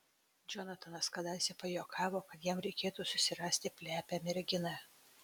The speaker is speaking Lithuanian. džonatanas kadaise pajuokavo kad jam reikėtų susirasti plepią merginą